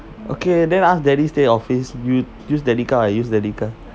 okay then ask daddy stay office you use daddy car I use daddy car